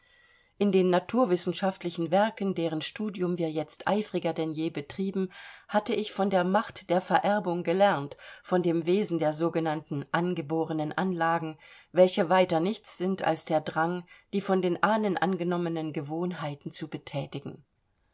in den naturwissenschaftlichen werken deren studium wir jetzt eifriger denn je betrieben hatte ich von der macht der vererbung gelernt von dem wesen der sogenannten angeborenen anlagen welche weiter nichts sind als der drang die von den ahnen angenommenen gewohnheiten zu bethätigen